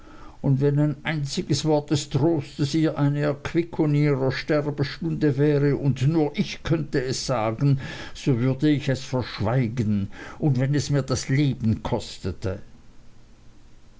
und wenn ein einziges wort des trostes ihr eine erquickung in ihrer sterbestunde wäre und nur ich könnte es sagen so würde ich es verschweigen und wenn es mir das leben kostete